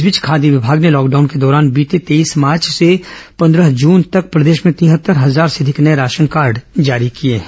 इस बीच खाद्य विभाग ने लॉकडाउन के दौरान बीते तेईस मार्च से पंद्रह जून तक प्रदेश में तिहत्तर हजार से अधिक नये राशन कार्ड जारी किए हैं